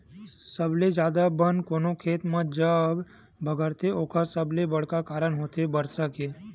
सबले जादा बन कोनो खेत म जब बगरथे ओखर सबले बड़का कारन होथे बरसा के